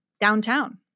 downtown